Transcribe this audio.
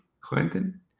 Clinton